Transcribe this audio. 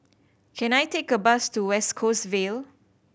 can I take a bus to West Coast Vale